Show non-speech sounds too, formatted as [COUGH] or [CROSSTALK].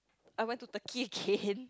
I went to Turkey again [LAUGHS]